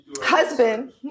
husband